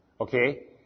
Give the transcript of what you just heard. Okay